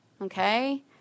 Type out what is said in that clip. okay